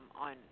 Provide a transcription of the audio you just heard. on